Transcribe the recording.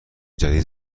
جدید